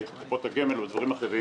הן בקופות הגמל ודברים אחרים,